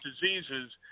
diseases